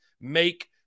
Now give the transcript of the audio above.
make